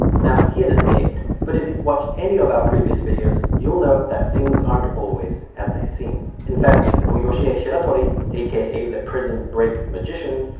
now he had escaped. but if you've watched any of our previous videos, you'll know that things aren't always as they seem. in fact, for yoshie shiratori, aka the prison break magician,